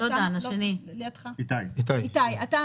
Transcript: איתי כהן,